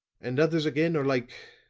and others again are like